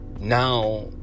now